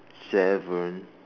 seven